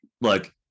Look